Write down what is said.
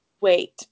wait